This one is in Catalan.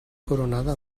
coronada